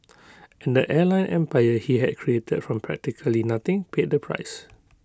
and the airline empire he had created from practically nothing paid the price